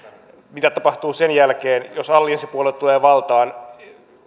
mitä tapahtuu sen jälkeen jos allianssipuolueet tulevat valtaan